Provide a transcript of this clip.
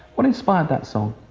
what inspired that song.